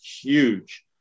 huge